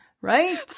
Right